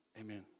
Amen